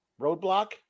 roadblock